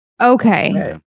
Okay